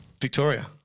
Victoria